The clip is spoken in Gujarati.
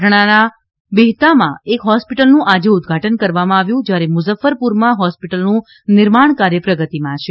પટણાના બિહતામાં એક હોસ્પિટલનું આજે ઉદ્વાટન કરવામાં આવ્યું છે જ્યારે મુઝફ્ફરપુરમાં હોસ્પિટલનું નિર્માણ કાર્ય પ્રગતિમાં છે